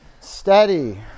Steady